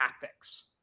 tactics